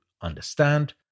understand